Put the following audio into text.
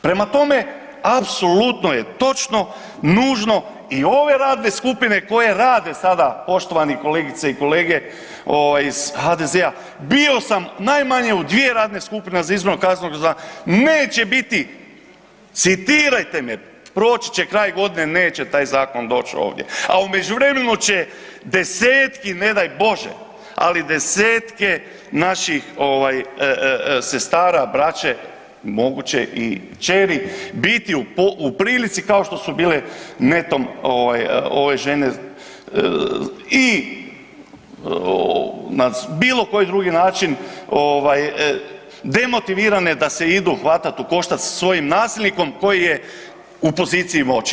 Prema tome, apsolutno je točno, nužno i ove radne skupine koje rada sada, poštovani kolegice i kolege iz HDZ-a, bio sam najmanje u 2 radne skupine za izmjenu Kaznenog zakona, neće biti, citirajte me, proći će kraj godine, neće taj zakon doći ovdje, a u međuvremenu će desetki, ne daj Bože, ali desetke naših sestara, braće, moguće i kćeri, biti u prilici kao što su bile netom ove žene i na bilo koji drugi način, demotivirane da se idu hvatati u koštac sa svojim nasilnikom koji je u poziciji moći.